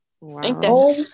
Wow